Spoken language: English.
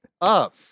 up